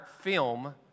film